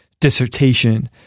dissertation